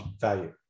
value